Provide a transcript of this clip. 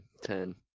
ten